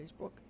Facebook